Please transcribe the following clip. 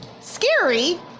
scary